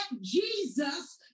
Jesus